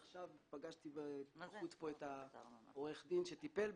עכשיו פגשתי בחוץ את עורך הדין שטיפל בזה.